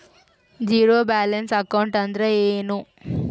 Zero balance account ಅಂದ್ರ ಏನು?